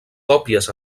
còpies